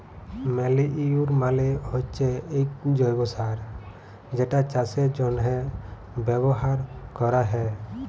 ম্যালইউর মালে হচ্যে এক জৈব্য সার যেটা চাষের জন্হে ব্যবহার ক্যরা হ্যয়